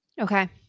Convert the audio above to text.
Okay